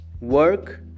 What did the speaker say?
Work